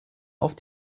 auf